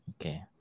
Okay